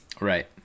Right